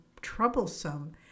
troublesome